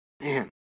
man